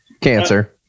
Cancer